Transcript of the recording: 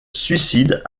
suicide